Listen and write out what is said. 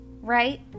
right